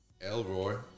Elroy